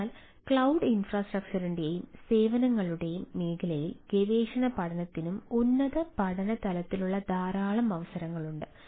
അതിനാൽ ക്ലൌഡ് ഇൻഫ്രാസ്ട്രക്ചറിന്റെയും സേവനങ്ങളുടെയും മേഖലയിൽ ഗവേഷണ പഠനത്തിനും ഉന്നത പഠന തരത്തിനും ധാരാളം അവസരങ്ങളുണ്ട്